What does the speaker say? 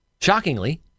Shockingly